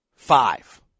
five